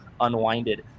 unwinded